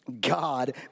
God